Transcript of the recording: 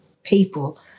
people